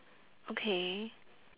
okay